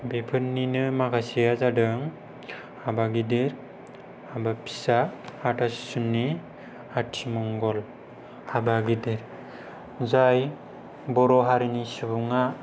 बेफोरनिनो माखासेया जादों हाबा गिदिर हाबा फिसा हाथासुनि आथिमंगल हाबा गिदिर जाय बर' हारिनि सुबुङा